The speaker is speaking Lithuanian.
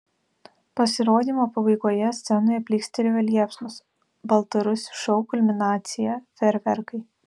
pasirodymo pabaigoje scenoje plykstelėjo liepsnos baltarusių šou kulminacija fejerverkai